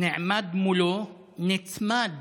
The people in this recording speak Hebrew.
נעמד מולו, נצמד